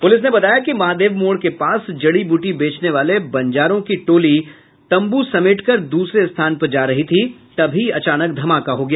police ने बताया कि महादेव मोड़ के पास जड़ी बूटी बेचने वाले बंजारो की टोली तंबू समेट कर दूसरे स्थान पर जा रही थी तभी अचानक धमाका हो गया